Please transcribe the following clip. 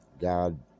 God